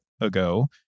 ago